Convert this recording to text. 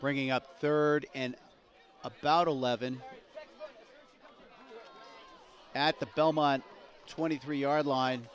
bringing up third and about eleven at the belmont twenty three yard line